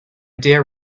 dear